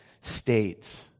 states